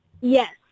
Yes